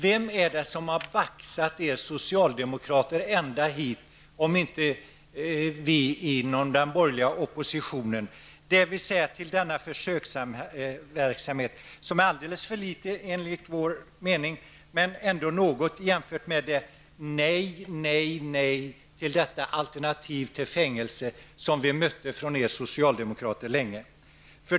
Vem är det som har baxat er socialdemokrater ända hit, om inte vi inom den borgerliga oppositionen, dvs. till denna försöksverksamhet som är alldeles för liten, enligt vår mening. Men det är ändå något jämfört med de nej och åter nej till detta alternativ till fängelse som vi mötte från er socialdemokrater länge.